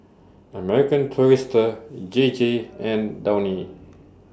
American Tourister J J and Downy